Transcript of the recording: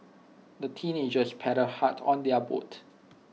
the teenagers paddled hard on their boat